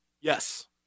Yes